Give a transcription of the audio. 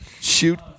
shoot